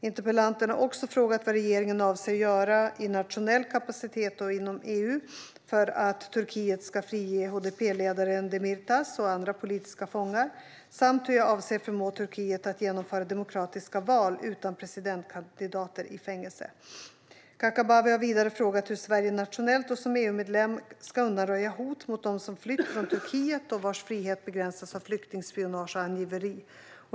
Interpellanten har också frågat vad regeringen avser att göra i nationell kapacitet och inom EU för att Turkiet ska frige HDP-ledaren Demirtas och andra politiska fångar samt hur jag avser att förmå Turkiet att genomföra demokratiska val utan presidentkandidater i fängelse. Kakabaveh har vidare frågat hur Sverige nationellt och som EU-medlem ska undanröja hot mot dem som flytt från Turkiet och vars frihet begränsas av flyktingspionage och angiveri.